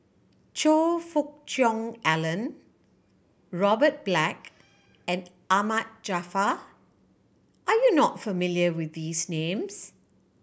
Choe Fook Cheong Alan Robert Black and Ahmad Jaafar are you not familiar with these names